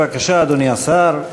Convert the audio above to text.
בבקשה, אדוני השר.